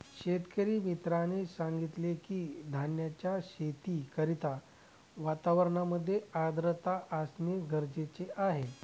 शेतकरी मित्राने सांगितलं की, धान्याच्या शेती करिता वातावरणामध्ये आर्द्रता असणे गरजेचे आहे